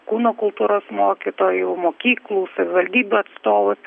kūno kultūros mokytojų mokyklų savivaldybių atstovus